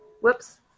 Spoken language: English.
Whoops